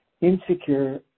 insecure